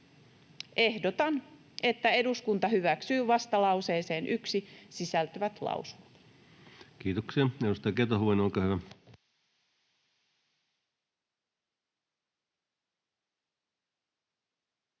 Ehdotan, että eduskunta hyväksyy vastalauseeseen 1 sisältyvät lausumat.